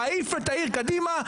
להעיף את העיר קדימה?